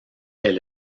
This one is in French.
est